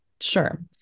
Sure